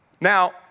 Now